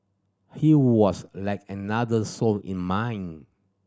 he was like another soul in mine